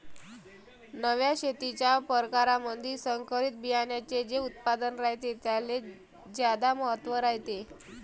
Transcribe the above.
नव्या शेतीच्या परकारामंधी संकरित बियान्याचे जे उत्पादन रायते त्याले ज्यादा महत्त्व रायते